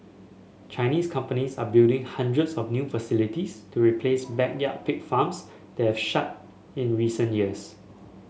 Chinese companies are building hundreds of new facilities to replace backyard pig farms that have shut in recent years